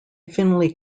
finley